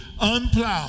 unplowed